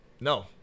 No